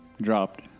dropped